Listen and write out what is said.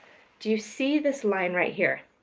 do you see this line right here?